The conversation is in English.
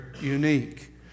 unique